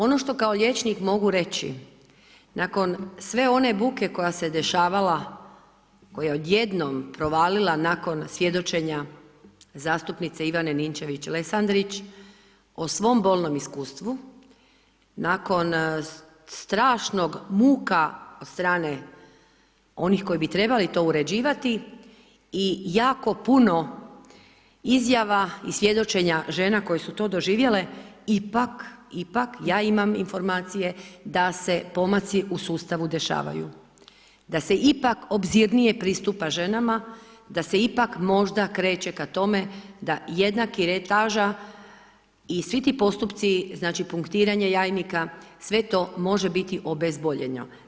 Ono što kao liječnik mogu reći, nakon sve one buke koja se dešavala koja je odjednom provalila nakon svjedočenja zastupnice Ivane Ninčević Lesandrić o svom bolnom iskustvu nakon strašnog muka od strane onih koji bi trebali to uređivati i jako puno izjava i svjedočenja žena koje su to doživjele ipak, ipak ja imam informacije da se pomaci u sustavu dešavaju, da se ipak obzirnije pristupa ženama, da se ipak možda kreće ka tome da jedna kiretaža i svi ti postupci znači punktiranja jajnika, sve to može biti obezboljeno.